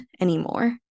anymore